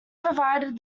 provided